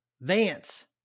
Vance